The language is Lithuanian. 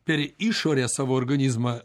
per išorę savo organizmą